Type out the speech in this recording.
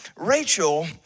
Rachel